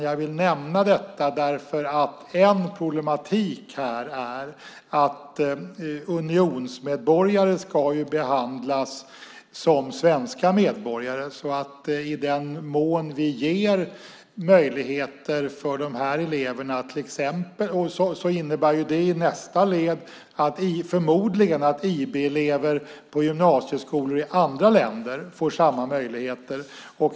Jag vill nämna detta därför att ett problem är att unionsmedborgare ska behandlas som svenska medborgare. I den mån vi ger möjligheter för dessa elever innebär det i nästa led förmodligen att IB-elever på gymnasieskolor i andra länder får samma möjligheter.